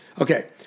Okay